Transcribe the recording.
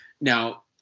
Now